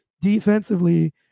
defensively